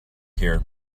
here